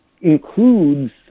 includes